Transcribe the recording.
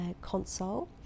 console